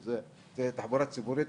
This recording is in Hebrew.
אם זה תחבורה ציבורית,